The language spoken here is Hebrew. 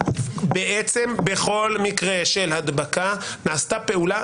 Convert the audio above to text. בכל מקרה של הדבקה נעשתה פעולה,